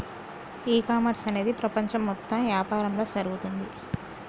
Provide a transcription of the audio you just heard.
ఈ కామర్స్ అనేది ప్రపంచం మొత్తం యాపారంలా జరుగుతోంది